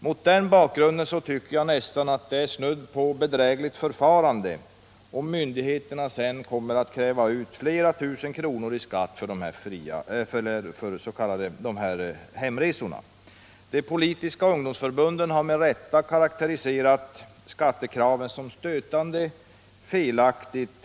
Mot den bakgrunden tycker jag nästan att det är snudd på bedrägeri om myndigheterna sedan kräver flera tusen kronor i skatt för dessa hemresor. De politiska ungdomsförbunden har med rätta karakteriserat dessa skattekrav som stötande och felaktiga.